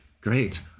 great